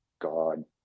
God